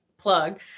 plug